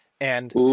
And-